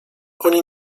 oni